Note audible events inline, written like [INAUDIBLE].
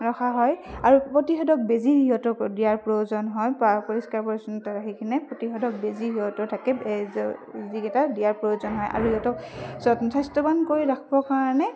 ৰখা হয় আৰু প্ৰতিষেধক বেজী সিহঁতক দিয়াৰ প্ৰয়োজন হয় [UNINTELLIGIBLE] পৰিষ্কাৰ পৰিচ্ছন্নতা ৰাখি কিনে প্ৰতিষেধক বেজী সিহঁতৰ থাকে [UNINTELLIGIBLE] যিকেইটা দিয়াৰ প্ৰয়োজন হয় আৰু সিহঁতক স্বাস্থ্যৱান কৰি ৰাখিবৰ কাৰণে